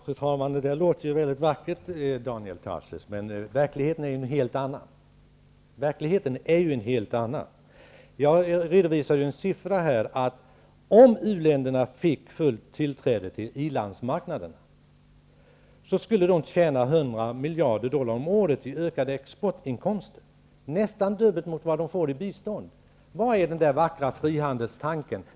Fru talman! Det där låter mycket vackert, Daniel Tarschys, men verkligheten är en helt annan. Jag redovisade en siffra som visar att om u-länderna fick fullt tillträde till i-landsmarknaden skulle de tjäna 100 miljarder dollar om året i ökade exportinkomster. Det är nästan dubbelt så mycket som de får i bistånd. Var är den vackra frihandelstanken?